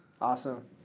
awesome